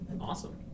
awesome